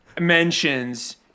mentions